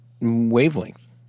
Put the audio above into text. wavelength